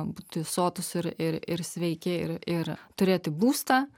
būti sotūs ir ir ir sveiki ir ir turėti būstą